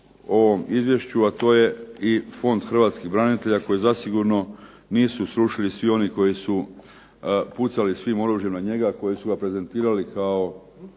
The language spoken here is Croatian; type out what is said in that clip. u ovom izvješću, a to je i Fond hrvatskih branitelja koji zasigurno nisu srušili svi oni koji su pucali svim oružjem na njega, koji su ga prezentirali kao